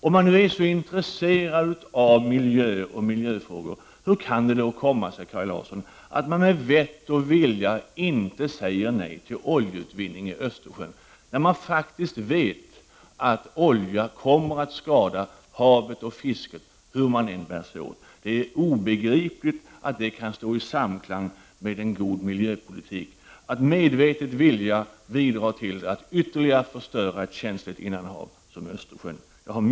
Om man nu är så intresserad av miljö och miljöfrågor, hur kan det då komma sig, Kaj Larsson, att man med vett och vilja inte säger nej till oljeutvinning i Östersjön, när man vet att oljan kommer att skada havet och fisket hur man än bär sig åt? Det är obegripligt att det kan stå i samklang med en god miljöpolitik att medvetet vilja bidra till att ytterligare förstöra ett så känsligt innanhav som Östersjön.